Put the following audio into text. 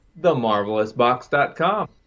themarvelousbox.com